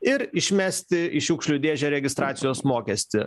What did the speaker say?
ir išmesti į šiukšlių dėžę registracijos mokestį